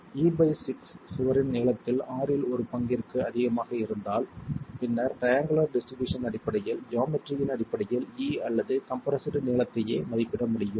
e6 சுவரின் நீளத்தில் ஆறில் ஒரு பங்கிற்கு அதிகமாக இருந்தால் பின்னர் ட்ரையங்குலர் டிஸ்ட்ரிபியூஷன் அடிப்படையில் ஜாமெட்ரியின் அடிப்படையில் e அல்லது கம்ப்ரெஸ்டு நீளத்தையே மதிப்பிட முடியும்